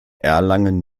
erlangen